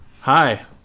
Hi